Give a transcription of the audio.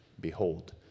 Behold